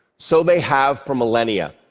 so they have for millennia.